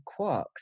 quarks